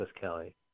Kelly